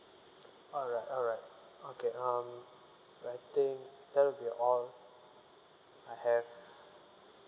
alright alright okay um I think that will be all I have